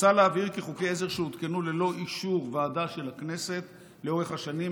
מוצע להבהיר כי חוקי עזר שהותקנו ללא אישור ועדה של הכנסת לאורך השנים,